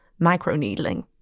microneedling